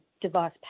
device